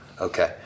Okay